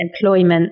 employment